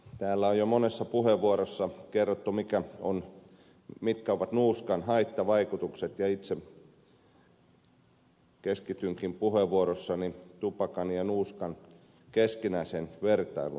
täällä on jo monessa puheenvuorossa kerrottu mitkä ovat nuuskan haittavaikutukset ja itse keskitynkin puheenvuorossani tupakan ja nuuskan keskinäiseen vertailuun